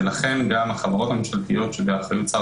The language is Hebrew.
ולכן גם החברות הממשלתיות שבאחריות שר